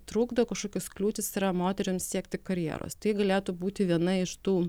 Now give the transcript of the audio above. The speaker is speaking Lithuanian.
trukdo kažkokios kliūtys yra moterims siekti karjeros tai galėtų būti viena iš tų